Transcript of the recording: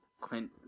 Clint